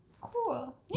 Cool